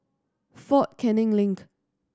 Fort Canning Link